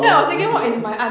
oh okay